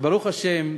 וברוך השם,